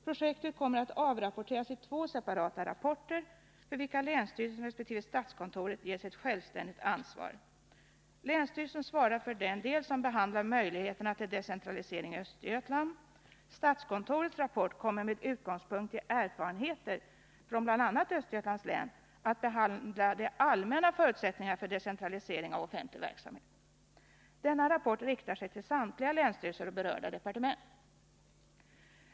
Projektet kommer att avrapporteras i två separata rapporter, för vilka länsstyrelsen resp. statskontoret själva får ta ansvar. Länsstyrelsen svarar för den del av projektet som behandlar möjligheterna till decentralisering i Östergötlands län. Statskontorets rapport kommer med utgångspunkt i erfarenheter från bl.a. Östergötlands län att behandla de allmänna förutsättningarna för decentralisering av offentlig verksamhet. Denna rapport riktar sig till samtliga länsstyrelser och berörda departement.